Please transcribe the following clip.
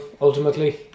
ultimately